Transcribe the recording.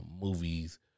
movies